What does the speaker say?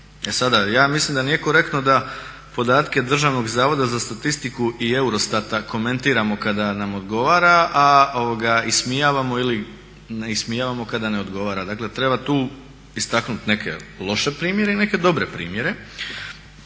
ja mislim da nije korektno da podatke DZS-a i Eurostat-a komentiramo kada nam odgovara, a ismijavamo ili ne ismijavamo kada nam ne odgovara. Dakle treba tu istaknuti neke loše primjere i neke dobre primjere,